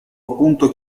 appunto